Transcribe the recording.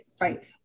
right